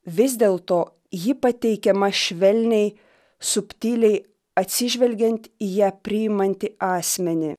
vis dėlto ji pateikiama švelniai subtiliai atsižvelgiant į ją priimantį asmenį